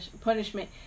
punishment